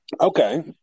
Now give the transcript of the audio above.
Okay